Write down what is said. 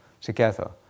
together